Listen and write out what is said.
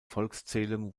volkszählung